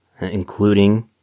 including